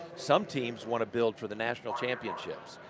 some teams want to build for the national championships.